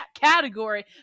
category